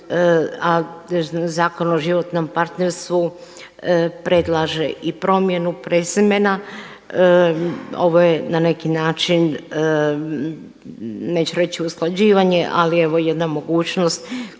a Zakon o životnom partnerstvu predlaže i promjenu prezimena, ovo je na neki način, neću reći usklađivanje, ali evo jedna mogućnost